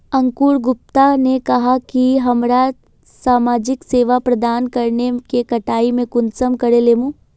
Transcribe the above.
अंकूर गुप्ता ने कहाँ की हमरा समाजिक सेवा प्रदान करने के कटाई में कुंसम करे लेमु?